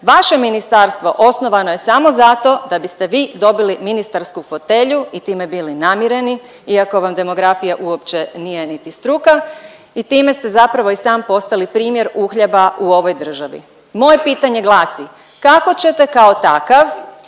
Vaše ministarstvo osnovano je samo zato da biste vi dobili ministarsku fotelju i time bili namireni, iako vam demografija uopće nije niti struka i time ste zapravo i sam postali primjer uhljeba u ovoj državi. Moje pitanje glasi, kako ćete kao takav